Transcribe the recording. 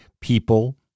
People